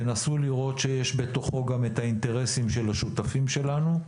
תנסו לראות שיש בתוכו גם את האינטרסים של השותפים שלנו,